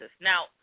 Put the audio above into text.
Now